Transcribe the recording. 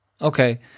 Okay